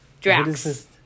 drax